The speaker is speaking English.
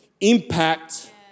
impact